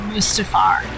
Mustafar